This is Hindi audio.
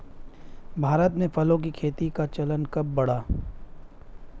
भारत में फलों की खेती का चलन कब बढ़ा?